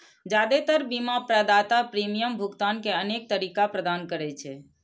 जादेतर बीमा प्रदाता प्रीमियम भुगतान के अनेक तरीका प्रदान करै छै